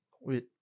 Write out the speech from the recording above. Wait